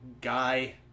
guy